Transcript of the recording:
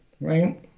right